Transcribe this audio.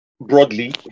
broadly